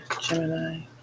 Gemini